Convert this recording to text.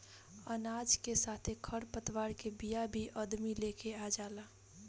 अनाज के साथे खर पतवार के बिया भी अदमी लेके आ जाला